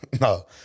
no